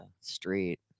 street